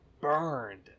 burned